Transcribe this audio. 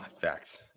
facts